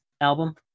album